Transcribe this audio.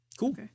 Cool